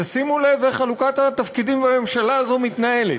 תשימו לב איך חלוקת התפקידים בממשלה הזאת מתנהלת,